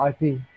IP